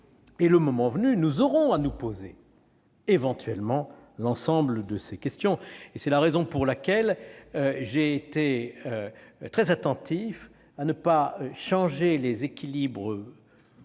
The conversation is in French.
Le moment venu, nous aurons à nous poser tout un ensemble de questions. C'est la raison pour laquelle j'ai été très attentif à ne pas changer les équilibres profonds